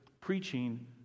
preaching